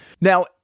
Now